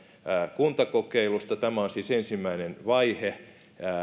kuntakokeilusta tämä on siis ensimmäinen vaihe